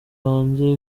hanze